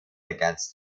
against